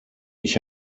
ich